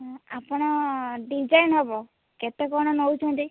ଆପଣ ଡିଜାଇନ୍ ହବ କେତେ କ'ଣ ନେଉଛନ୍ତି